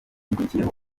gikurikiyeho